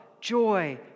joy